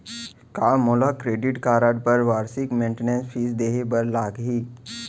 का मोला credit card बर वार्षिक मेंटेनेंस फीस देहे बर लागही?